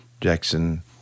Jackson